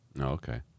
okay